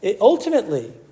ultimately